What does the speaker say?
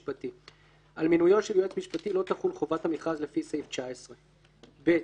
משפטי); על מינויו של יועץ משפטי לא תחול חובת המכרז לפי סעיף 19. (ב)